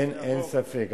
אין ספק.